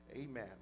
Amen